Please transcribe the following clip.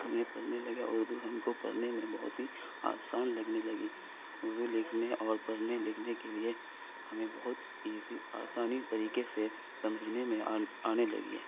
ہم نے پڑھنے لگے اردو ہم کو پڑھنے میں بہت ہی آسان لگنے لگی اردو لکھنے اور پڑھنے لکھنے کے لیے ہمیں بہت ایزی آسانی طریقے سے سمجھنے میں آنے لگی ہے